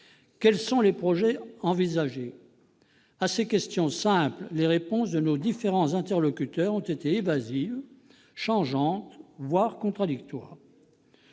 Quels sont les projets envisagés ? À ces questions simples, les réponses de nos différents interlocuteurs ont été évasives, changeantes, voire contradictoires.